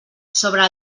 sobre